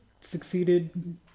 succeeded